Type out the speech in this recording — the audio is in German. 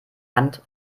hand